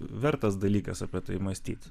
vertas dalykas apie tai mąstyt